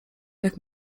jak